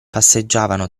passeggiavano